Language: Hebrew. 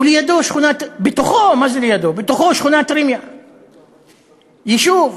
ובתוכו שכונת ראמיה, יישוב.